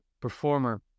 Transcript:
performer